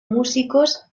músicos